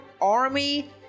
army